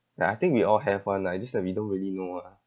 like I think we all have [one] ah it's just that we don't really know ah